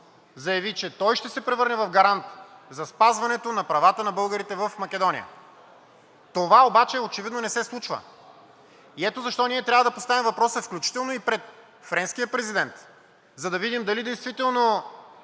заяви, че той ще се превърне в гарант за спазването на правата на българите в Македония. Това обаче очевидно не се случва. Ето защо ние трябва да поставим въпроса, включително и пред френския президент, за да видим дали действително